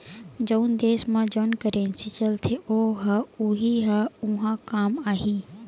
जउन देस म जउन करेंसी चलथे ओ ह उहीं ह उहाँ काम आही